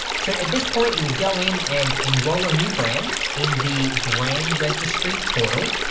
so at this point you would go in and enroll a new brand in the brand registry portal,